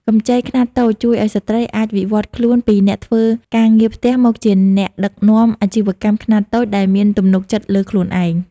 កម្ចីខ្នាតតូចជួយឱ្យស្ត្រីអាចវិវត្តខ្លួនពីអ្នកធ្វើការងារផ្ទះ មកជាអ្នកដឹកនាំអាជីវកម្មខ្នាតតូចដែលមានទំនុកចិត្តលើខ្លួនឯង។